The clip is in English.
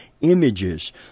images